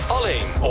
Alleen